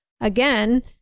again